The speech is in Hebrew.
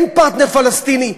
אין פרטנר פלסטיני?